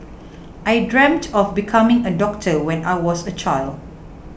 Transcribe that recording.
I dreamt of becoming a doctor when I was a child